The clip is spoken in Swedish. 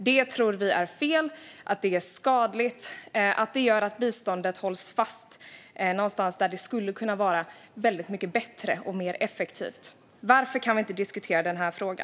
Vi tror att det är fel, skadligt och gör att biståndet hålls fast någonstans när det skulle kunna vara väldigt mycket bättre och mer effektivt. Varför kan vi inte diskutera denna fråga?